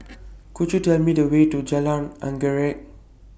Could YOU Tell Me The Way to Jalan Anggerek